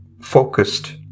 focused